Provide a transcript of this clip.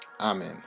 Amen